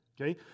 Okay